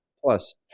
plus